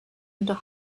and